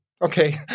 Okay